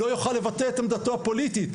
לא יוכל לבטא את עמדתו הפוליטית,